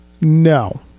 No